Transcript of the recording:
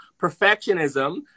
perfectionism